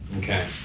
Okay